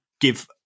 give